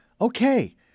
okay